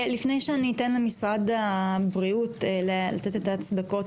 לפני שאני אתן למשרד הבריאות לתת ההצדקות